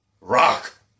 Rock